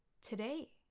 today